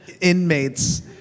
inmates